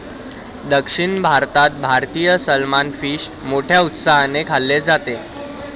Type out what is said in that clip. दक्षिण भारतात भारतीय सलमान फिश मोठ्या उत्साहाने खाल्ले जाते